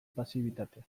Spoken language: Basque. pasibitatea